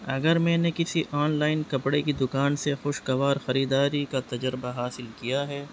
اگر میں نے کسی آن لائن کپڑے کی دکان سے خوشگوار خریداری کا تجربہ حاصل کیا ہے